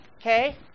okay